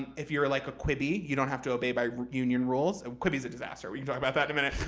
if you're like a quibi, you don't have to obey by union rules. quibi's a disaster. we can talk about that in a minute.